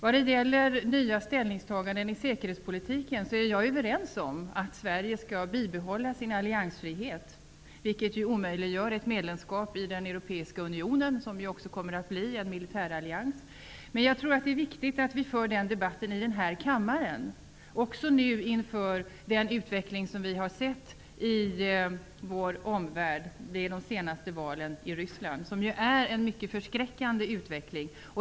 I fråga om nya ställningstaganden i säkerhetspolitiken är jag överens om att Sverige skall bibehålla sin alliansfrihet, vilket ju omöjliggör ett medlemskap i den europeiska unionen -- som också kommer att bli en militärallians. Jag tror att det är viktigt att vi för denna debatt i denna kammare, också inför den utveckling vi har sett i vår omvärld, t.ex. vid det senaste valet i Ryssland. Det är en förskräckande utveckling.